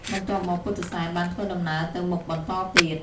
បន្ទាប់មកពុទ្ធិសែនបានធ្វើដំណើរទៅមុខបន្តទៀត។